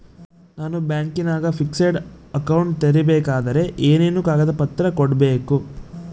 ನಾನು ಬ್ಯಾಂಕಿನಾಗ fixed account ತೆರಿಬೇಕಾದರೆ ಏನೇನು ಕಾಗದ ಪತ್ರ ಕೊಡ್ಬೇಕು?